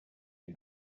die